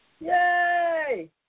Yay